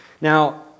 Now